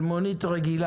של מונית רגילה.